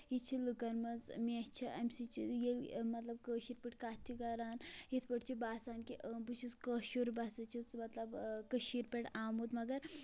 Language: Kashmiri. یہِ چھِ لُکَن منٛز مےٚ چھِ اَمہِ سۭتۍ چھِ ییٚلہِ مطلب کٲشِر پٲٹھۍ کَتھ چھِ کران یِتھ پٲٹھۍ چھِ باسان کہِ بہٕ چھُس کٲشُر بَہ ہسا چھُس مطلب کٔشیٖرِ پٮ۪ٹھ آمُت مَگر